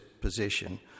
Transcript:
position